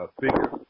figure